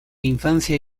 infancia